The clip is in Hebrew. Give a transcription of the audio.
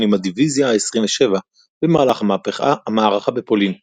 עם הדיוויזיה ה-27 במהלך המערכה בפולין,